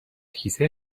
کیسه